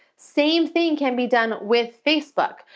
same thing can be done with facebook.